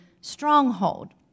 stronghold